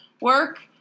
Work